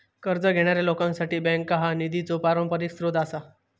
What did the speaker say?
कर्ज घेणाऱ्या लोकांसाठी बँका हा निधीचो पारंपरिक स्रोत आसा